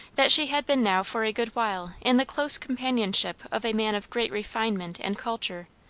that she had been now for a good while in the close companionship of a man of great refinement and culture,